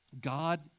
God